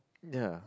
ya